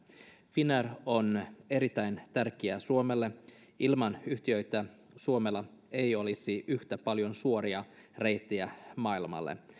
finnair on erittäin tärkeä suomelle ilman yhtiötä suomella ei olisi yhtä paljon suoria reittejä maailmalle